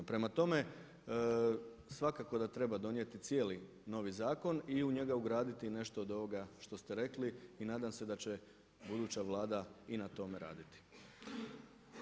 Prema tome, svakako da treba donijeti cijeli novi zakon i u njega ugraditi nešto od ovoga što ste rekli i nadam se da će buduća Vlada i na tome raditi.